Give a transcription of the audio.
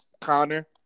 Connor